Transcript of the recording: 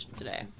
today